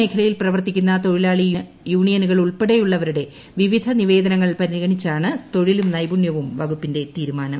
മേഖലയിൽ പ്രവർത്തിക്കുന്ന തൊഴിലാളി യൂണിയനുകൾ ഉൾപ്പെടെയുള്ളവരുടെ വിവിധ നിവേദനങ്ങൾ പരിഗണിച്ചാണ് തൊഴിലും നൈപുണ്യവും വകുപ്പിന്റെ തീരുമാനം